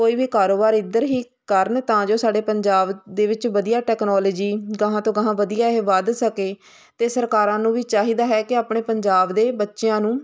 ਕੋਈ ਵੀ ਕਾਰੋਬਾਰ ਇੱਧਰ ਹੀ ਕਰਨ ਤਾਂ ਜੋ ਸਾਡੇ ਪੰਜਾਬ ਦੇ ਵਿੱਚ ਵਧੀਆ ਟੈਕਨੋਲੋਜੀ ਅਗਾਂਹ ਤੋਂ ਅਗਾਂਹ ਵਧੀਆ ਇਹ ਵੱਧ ਸਕੇ ਅਤੇ ਸਰਕਾਰਾਂ ਨੂੰ ਵੀ ਚਾਹੀਦਾ ਹੈ ਕਿ ਆਪਣੇ ਪੰਜਾਬ ਦੇ ਬੱਚਿਆਂ ਨੂੰ